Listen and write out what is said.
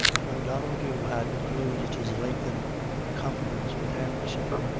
when donnel dhu had closed his lengthened conference with henderson,